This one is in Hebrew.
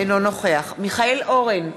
אינו נוכח מיכאל אורן,